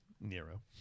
Nero